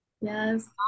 Yes